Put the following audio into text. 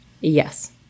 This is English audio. yes